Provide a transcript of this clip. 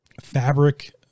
fabric